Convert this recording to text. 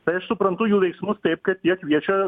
tai aš suprantu jų veiksmus taip kad jie kviečia